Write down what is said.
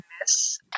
miss